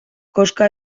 koska